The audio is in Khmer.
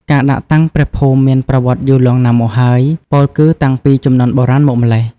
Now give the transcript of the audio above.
ការដាក់តាំងព្រះភូមិមានប្រវត្តិយូរលង់ណាស់មកហើយ ពោលគឺតាំងពីជំនាន់បុរាណមកម្ល៉េះ។